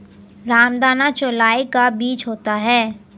रामदाना चौलाई का बीज होता है